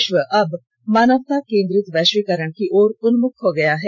विश्व अब मानवता केंद्रित वैश्वीकरण की ओर उन्मुख हो गया है